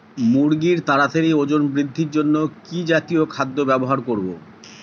মুরগীর তাড়াতাড়ি ওজন বৃদ্ধির জন্য কি জাতীয় খাদ্য ব্যবহার করব?